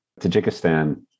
Tajikistan